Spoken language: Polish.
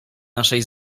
naszej